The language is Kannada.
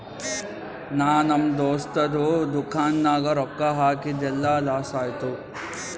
ನಾ ನಮ್ ದೋಸ್ತದು ದುಕಾನ್ ನಾಗ್ ರೊಕ್ಕಾ ಹಾಕಿದ್ ಎಲ್ಲಾ ಲಾಸ್ ಆಯ್ತು